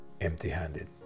empty-handed